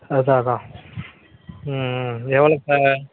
அதுதான் அதுதான் ம் ம் எவ்வளோ சா